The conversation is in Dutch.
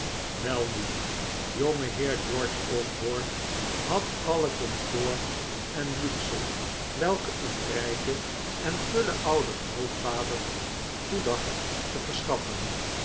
welnu jongeheer george osborne had alle comfort en luxe welke een rijken en gullen ouden grootvader goeddacht te verschaffen